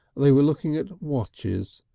they were looking at watches,